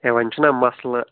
ہے وۄنۍ چھُنہ مسلہٕ